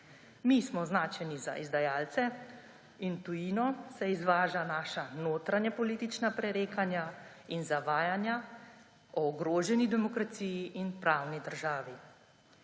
Mi smo označeni za izdajalce in v tujino se izvaža naša notranjepolitična prerekanja in zavajanja o ogroženi demokraciji in pravni državi.